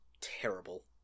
terrible